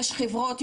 יש חברות,